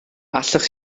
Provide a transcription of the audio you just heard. allwch